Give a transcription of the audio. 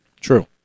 true